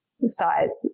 size